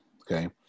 okay